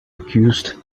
accused